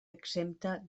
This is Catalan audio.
exempta